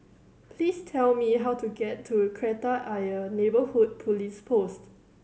please tell me how to get to Kreta Ayer Neighbourhood Police Post